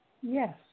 Yes